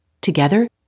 together